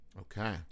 Okay